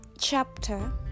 chapter